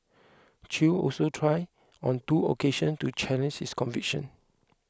Chew also tried on two occasions to challenge his conviction